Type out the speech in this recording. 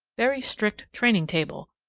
very strict training table,